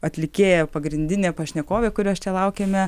atlikėja pagrindinė pašnekovė kurios čia laukiame